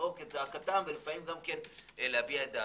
לזעוק זעקתם ולהביע דעתכם.